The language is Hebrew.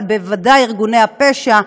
אבל בוודאי ארגוני הפשע,